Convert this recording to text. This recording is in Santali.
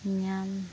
ᱧᱟᱢ